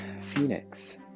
phoenix